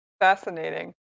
Fascinating